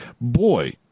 boy